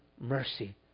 mercy